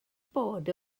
bod